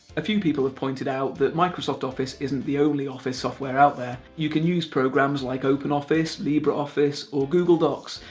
a few people have pointed out that microsoft office isn't the only office software out there. you can use programs like open office, libre office or google docs,